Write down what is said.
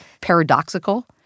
paradoxical